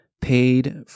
paid